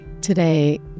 Today